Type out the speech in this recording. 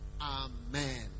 Amen